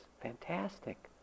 Fantastic